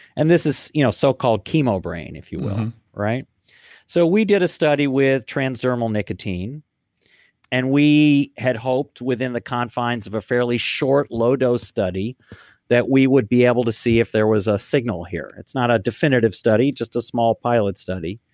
and this is you know so called, chemo-brain, if you will so we did a study with transdermal nicotine and we had hoped within the confines of a fairly short, low dose study that we would be able to see if there was a signal here, it's not a definitive study, just a small pilot study.